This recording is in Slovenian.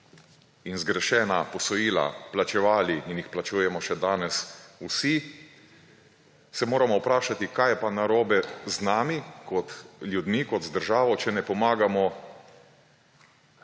in zgrešena posojila plačevali in jih plačujemo še danes vsi, se moramo vprašati, kaj je pa narobe z nami kot ljudmi, kot z državo, če ne pomagamo